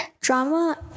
drama